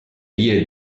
vie